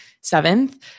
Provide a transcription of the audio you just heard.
seventh